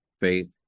faith